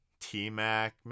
T-Mac